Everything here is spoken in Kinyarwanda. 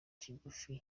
kigufi